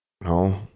No